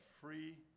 free